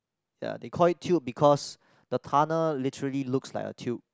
ya they call it tube because the tunnel literally looks like a tube